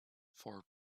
for